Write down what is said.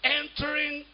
entering